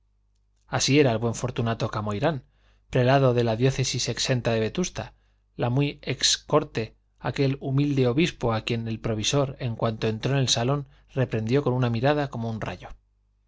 así era el buen fortunato camoirán prelado de la diócesis exenta de vetusta la muy noble ex corte aquel humilde obispo a quien el provisor en cuanto entró en el salón reprendió con una mirada como un rayo